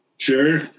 sure